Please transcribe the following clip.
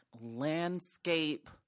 landscape